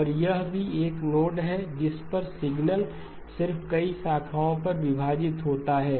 और यह भी एक नोड है जिस पर सिग्नल सिर्फ कई शाखाओं में विभाजित होता है